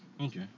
Okay